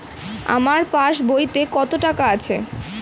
আমার পাস বইতে কত টাকা আছে?